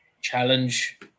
challenge